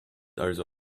also